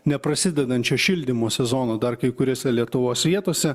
neprasidedančio šildymo sezono dar kai kuriose lietuvos vietose